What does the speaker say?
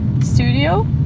studio